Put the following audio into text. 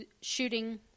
shooting